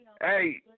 Hey